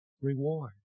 reward